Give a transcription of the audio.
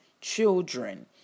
children